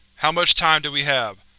how much time do we have?